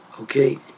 okay